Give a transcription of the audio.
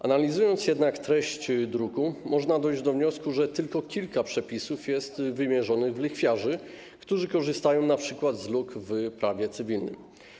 Analizując jednak treść druku, można dojść do wniosku, że tylko kilka przepisów jest wymierzonych w lichwiarzy, którzy korzystają np. z luk w prawie cywilnym.